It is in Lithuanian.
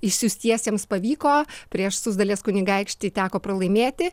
išsiųstiesiems pavyko prieš suzdalės kunigaikštį teko pralaimėti